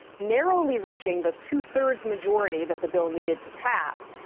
narrowly reaching the two-thirds majority that the bill needed to pass.